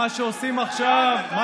נוכח מרב